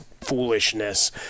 foolishness